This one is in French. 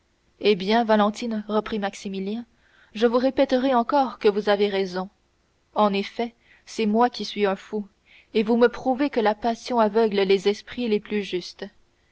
eh bien valentine reprit maximilien je vous répéterai encore que vous avez raison en effet c'est moi qui suis un fou et vous me prouvez que la passion aveugle les esprits les plus justes